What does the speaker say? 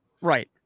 right